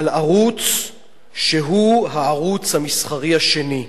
על ערוץ שהוא הערוץ המסחרי השני.